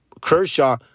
Kershaw